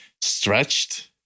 stretched